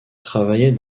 travaillait